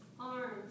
arms